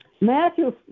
Matthew